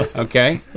okay.